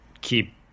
keep